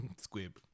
Squib